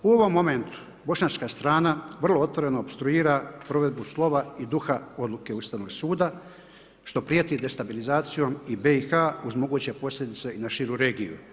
U ovom momentu Bošnjačka strana vrlo otvoreno opstruira provedbu slova i duha Odluke Ustavnog suda, što prijeti destabilizacijom i BIH uz moguće posljedice i na širu regiju.